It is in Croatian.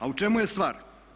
A u čemu je stvar?